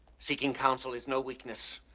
seeking counsel is no weakness